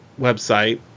website